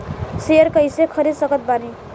Share कइसे खरीद सकत बानी?